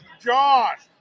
Josh